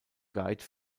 guide